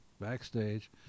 backstage